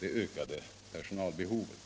det ökade personalbehovet.